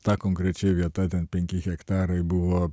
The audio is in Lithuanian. ta konkrečiai vieta ten penki hektarai buvo